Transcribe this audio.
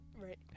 Right